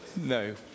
No